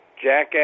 Jackass